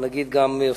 גם הנגיד עושה